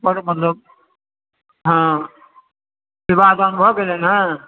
मतलब हाँ विवाह दान भऽ गेलनि हें